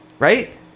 Right